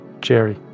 Jerry